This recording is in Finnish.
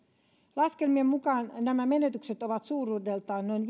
laskelmien mukaan nämä menetykset ovat suuruudeltaan noin